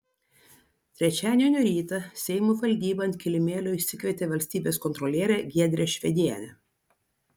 trečiadienio rytą seimo valdyba ant kilimėlio išsikvietė valstybės kontrolierę giedrę švedienę